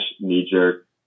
knee-jerk